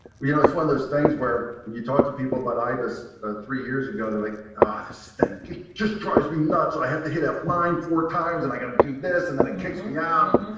you know, it's one of those things where when you talk to people about but ibis three years ago, they're like, ah this thing, it just drives me nuts. i have to hit f nine four times and i got to do this and then it kicks me out.